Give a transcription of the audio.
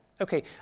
Okay